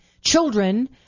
children